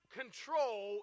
control